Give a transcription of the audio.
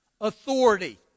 Authority